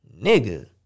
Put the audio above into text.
nigga